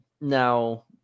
Now